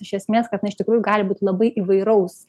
iš esmės kad na iš tikrųjų gali būt labai įvairaus